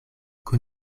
kun